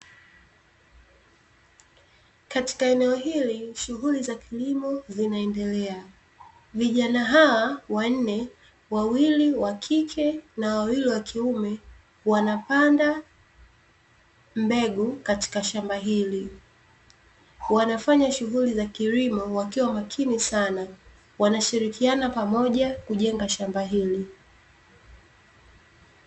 Katika eneo hili, shughuli za kilimo zinaendelea, vijana hawa wanne-wawili wa kike na wawili wakiume wanapanda mbegu katika shamba hili. Wanafanya shughuli za kilimo wakiwa makini sana, wanashirikiana pamoja kujenga shamba hili.